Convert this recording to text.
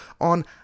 on